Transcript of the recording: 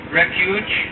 refuge